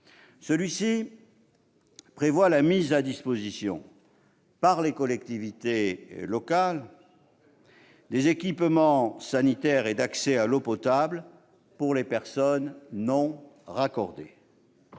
Celui-ci prévoit la mise à disposition par les collectivités locales d'équipements sanitaires et d'accès à l'eau potable pour les personnes non raccordées.